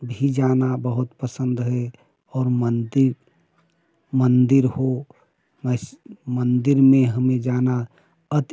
भी जाना बहुत पसंद है और मंदिर मंदिर हो बस मंदिर में हमें जाना अति